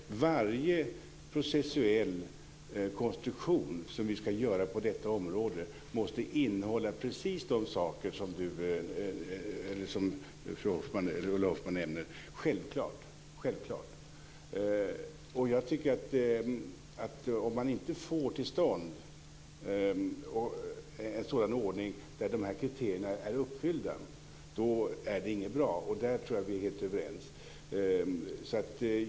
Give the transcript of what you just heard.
Fru talman! Varje processuell konstruktion som vi ska göra på detta område måste innehålla precis de saker som Ulla Hoffmann nämner. Det är självklart. Jag tycker att om man inte får till stånd en ordning där de här kriterierna är uppfyllda, då är det ingen bra ordning. Där tror jag att vi är helt överens.